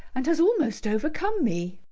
and has almost overcome me.